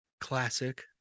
classic